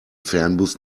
fernbus